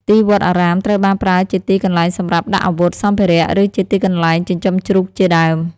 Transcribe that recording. ទីវត្តអារាម ត្រូវបានប្រើជាទីកន្លែងសម្រាប់ដាក់អាវុធ សម្ភារៈ ឬជាទីកន្លែង ចិញ្ចឹមជ្រូក ជាដើម ។